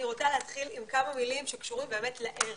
אני רוצה להתחיל עם כמה מילים שקשורים לערך,